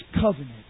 covenant